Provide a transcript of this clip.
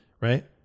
right